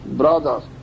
brothers